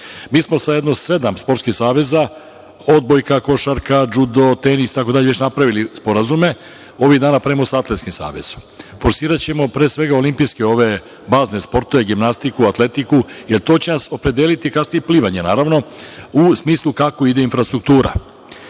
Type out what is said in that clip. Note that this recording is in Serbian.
smo sa jedno sedam sportskih saveza, odbojka, košarka, džudo, tenis itd, već napravili sporazume. Ovih dana pravimo sa Atletskim savezom. Forsiraćemo pre svega olimpijske bazne sportove, gimnastiku, atletiku, jer to će na opredeliti kasnije, i plivanje naravno, u smislu kako ide infrastruktura.U